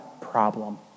problem